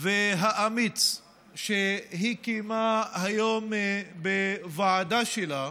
והאמיץ שהיא קיימה היום בוועדה שלה,